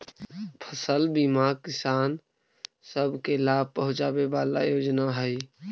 फसल बीमा किसान सब के लाभ पहुंचाबे वाला योजना हई